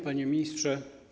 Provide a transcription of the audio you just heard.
Panie Ministrze!